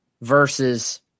versus